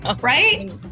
right